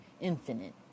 infinite